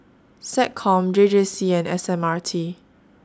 Seccom J J C and S M R T